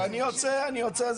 אני יוצא, אני יוצא.